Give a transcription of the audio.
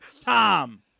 Tom